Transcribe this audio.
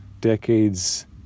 decades